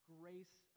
grace